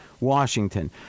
Washington